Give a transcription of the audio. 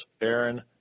Aaron